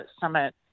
Summit